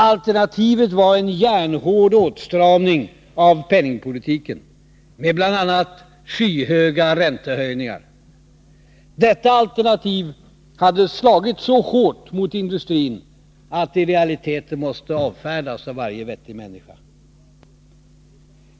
Alternativet hade varit en järnhård åtstramning av penningpolitiken med bl.a. skyhöga räntehöjningar. Detta alternativ hade slagit så hårt mot industrin att det i realiteten måste avfärdas av varje vettig människa.